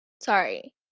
Sorry